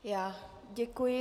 Já děkuji.